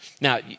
Now